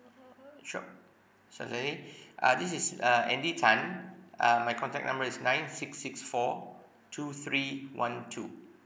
(uh huh) sure certainly uh this is a uh andy tan uh my contact number is nine six six four two three one two